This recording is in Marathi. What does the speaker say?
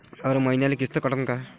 हर मईन्याले किस्त कटन का?